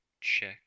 check